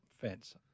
Fence